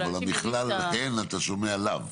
אבל מכלל הן אתה שומע לאו.